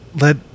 let